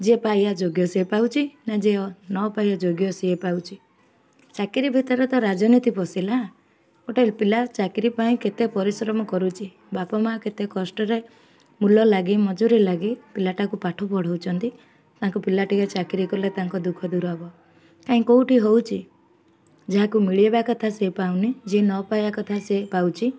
ଯିଏ ପାଇବା ଯୋଗ୍ୟ ସେଏ ପାଉଛି ନା ଯିଏ ନ ପାଇବା ଯୋଗ୍ୟ ସିଏ ପାଉଛି ଚାକିରି ଭିତରେ ତ ରାଜନୀତି ପଶିଲା ଗୋଟେ ପିଲା ଚାକିରି ପାଇଁ କେତେ ପରିଶ୍ରମ କରୁଛି ବାପା ମାଆ କେତେ କଷ୍ଟରେ ମୂଲ ଲାଗି ମଜୁରି ଲାଗି ପିଲାଟାକୁ ପାଠ ପଢ଼ଉଛନ୍ତି ତାଙ୍କୁ ପିଲା ଟିକେ ଚାକିରି କଲେ ତାଙ୍କ ଦୁଃଖ ଦୂର ହବ କାଇଁ କେଉଁଠି ହେଉଛି ଯାହାକୁ ମିଳେଇବା କଥା ସେଏ ପାଉନି ଯିଏ ନ ପାଇବା କଥା ସେଏ ପାଉଛି